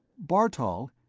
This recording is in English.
bartol,